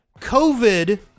COVID